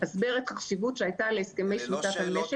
הסבר את החשיבות שהייתה להסכמי שביתת הנשק